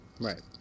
Right